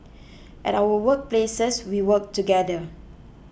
at our work places we work together